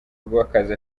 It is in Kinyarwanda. rw’akazi